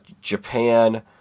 Japan